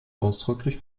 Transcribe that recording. ausdrücklich